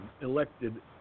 elected